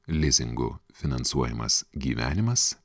lizingu finansuojamas gyvenimas